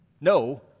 No